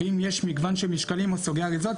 ואם יש מגוון של משקלים או סוגי אריזות,